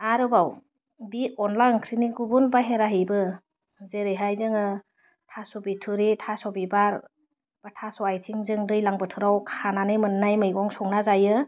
आरोबाव बि अनला ओंख्रिनिखौबो बाइहेराहैबो जेरैहाय जोङो थास' बिथ'रि थास' बिबार बा थास' आथिंजों दैलां बोथोराव खानानै मोननाय मैगं संना जायो